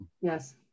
Yes